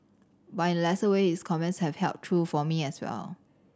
but in a lesser way his comments have held true for me as well